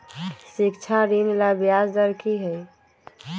शिक्षा ऋण ला ब्याज दर कि हई?